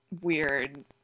weird